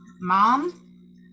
mom